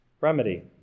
Remedy